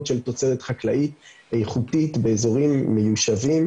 של תוצרת חקלאית איכותית באיזורים מיושבים,